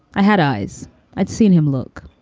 i had eyes i'd seen him look.